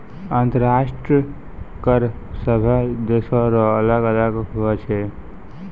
अंतर्राष्ट्रीय कर सभे देसो रो अलग अलग हुवै छै